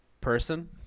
Person